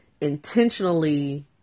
intentionally